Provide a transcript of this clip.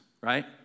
Right